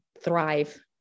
thrive